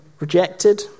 rejected